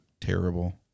terrible